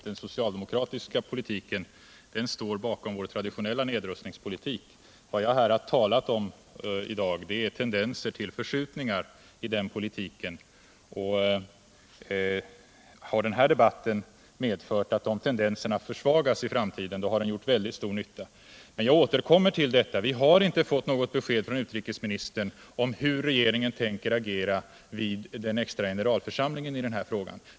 Herr talman! Ja visst, socialdemokraterna står bakom vår traditionella nedrustningspolitik. Vad jag här talat om i dag är tendenserna till förskjutningar i den politiken. Har den här debatten medfört att de tendenserna försvagats i framtiden har den gjort väldigt stor nytta. Men jag återkommer till detta: Vi har inte fått något besked från utrikesministern om hur regeringen tänker agera vid den kommande extra generalförsamlingen i denna fråga.